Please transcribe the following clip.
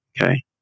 Okay